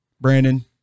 Brandon